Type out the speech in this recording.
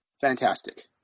fantastic